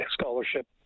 scholarship